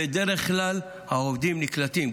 בדרך כלל העובדים נקלטים.